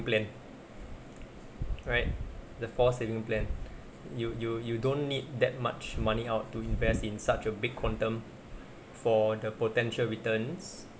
plan right the forced saving plan you you you don't need that much money out to invest in such a big quantum for the potential returns